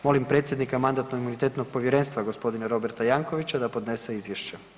Molim predsjednika Mandatno-imunitetno povjerenstva gospodina Roberta Jankovicsa da podnese izvješća.